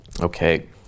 Okay